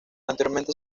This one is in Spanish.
anteriormente